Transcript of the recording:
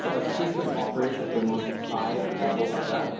so our system operates at the most high level of that.